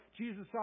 Jesus